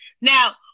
Now